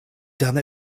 done